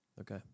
Okay